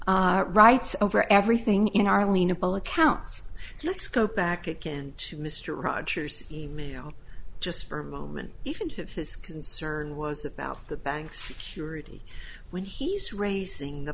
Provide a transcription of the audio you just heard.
have rights over everything in our lino bill accounts let's go back again to mr rogers e mail just for a moment even if his concern was about the bank security when he's raising the